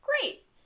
Great